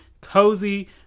COZY